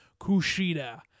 Kushida